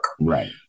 Right